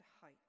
height